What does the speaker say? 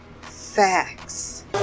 facts